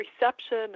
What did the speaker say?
reception